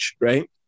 right